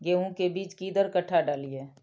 गेंहू के बीज कि दर कट्ठा डालिए?